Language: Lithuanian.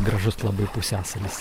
gražus labai pusiasalis